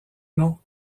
noms